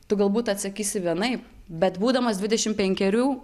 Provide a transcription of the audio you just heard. tu galbūt atsakysi vienaip bet būdamas dvidešim penkerių